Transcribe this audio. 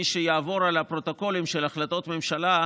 מי שיעבור על הפרוטוקולים של החלטות הממשלה,